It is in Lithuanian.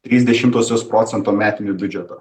trys dešimtosios procento metinio biudžeto